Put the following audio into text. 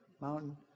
mountain